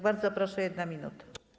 Bardzo proszę, 1 minuta.